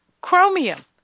chromium